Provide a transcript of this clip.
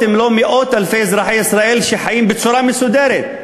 אם לא מאות אלפי אזרחי ישראל שחיים בצורה מסודרת.